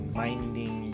minding